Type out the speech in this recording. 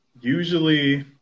Usually